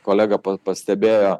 kolega pastebėjo